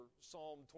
Psalm